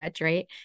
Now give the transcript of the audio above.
right